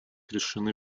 решены